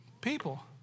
People